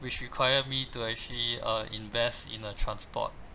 which require me to actually uh invest in a transport